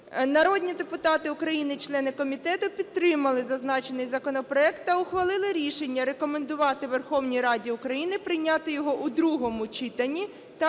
Народні депутати України і члени комітету підтримали зазначений законопроект та ухвалили рішення рекомендувати Верховній Раді України прийняти його у другому читанні та